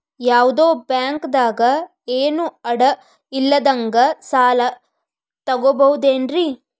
ಯಾವ್ದೋ ಬ್ಯಾಂಕ್ ದಾಗ ಏನು ಅಡ ಇಲ್ಲದಂಗ ಸಾಲ ತಗೋಬಹುದೇನ್ರಿ?